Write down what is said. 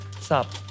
Stop